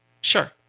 sure